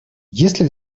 если